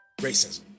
racism